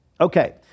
Okay